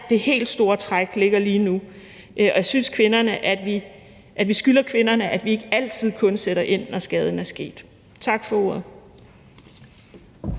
det helt store træk ligger lige nu, og jeg synes, vi skylder kvinderne, at vi ikke altid kun sætter ind, når skaden er sket. Tak for ordet.